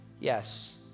Yes